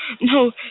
no